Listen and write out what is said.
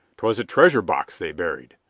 twas a treasure box they buried!